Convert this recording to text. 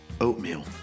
oatmeal